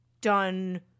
done